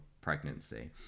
pregnancy